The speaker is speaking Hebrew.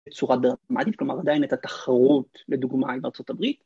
‫בצורה דרמטית, כלומר, עדיין את התחרות, ‫לדוגמה, עם ארה״ב.